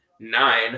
nine